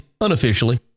unofficially